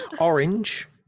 orange